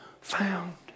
found